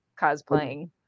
cosplaying